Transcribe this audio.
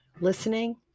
listening